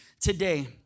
today